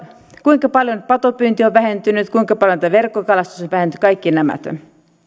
kuinka paljon patopyynti on vähentynyt kuinka paljon tämä verkkokalastus on vähentynyt kaikki nämä